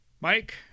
Mike